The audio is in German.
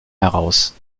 heraus